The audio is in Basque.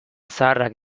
zaharrak